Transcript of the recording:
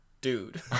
Dude